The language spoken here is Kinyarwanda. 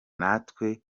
natwe